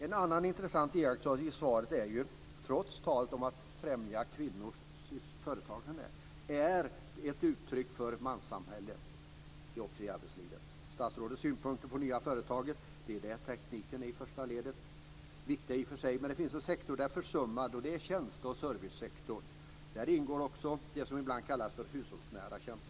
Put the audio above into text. En annan intressant iakttagelse i svaret, trots talet om att främja kvinnors företagande, är ett uttryck för manssamhället också i arbetslivet. Statsrådets synpunkter på nya företag är att sätta tekniken i första ledet. Det är i och för sig viktigt, men det finns en sektor som är försummad, nämligen tjänste och servicesektorn. Där ingår också det som ibland kallas för hushållsnära tjänster.